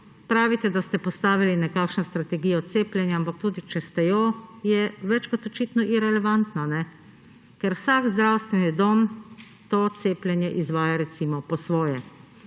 pravite, da ste postavili nekakšno strategijo cepljenja, ampak tudi, če ste jo, je več kot očitno irelevantna, ker vsak zdravstveni dom to cepljenje izvaja po svoje.